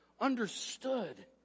understood